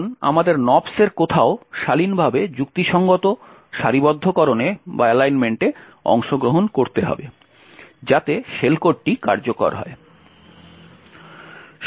এখন আমাদের nops এর কোথাও শালীনভাবে যুক্তিসঙ্গত সারিবদ্ধকরণে অংশগ্রহণ করতে হবে যাতে শেল কোডটি কার্যকর হয়